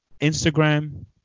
Instagram